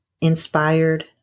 inspired